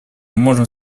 можем